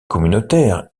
communautaire